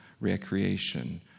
recreation